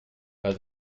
pas